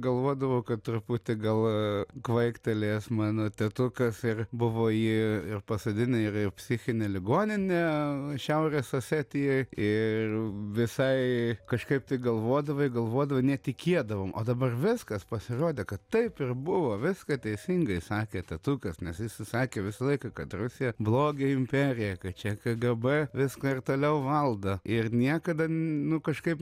galvodavau kad truputį gal kvaiktelėjęs mano tėtukas ir buvo jį ir pasodinę ir psichinę ligoninę šiaurės osetijoj ir visai kažkaip tai galvodavai galvodavai netikėdavom o dabar viskas pasirodė kad taip ir buvo viską teisingai sakė tėtukas nes jis sakė visą laiką kad rusija blogio imperija ka čia kgb viską ir toliau valdo ir niekada nu kažkaip